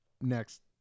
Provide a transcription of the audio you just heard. Next